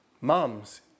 mums